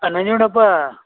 ಆಂ Nanjundappa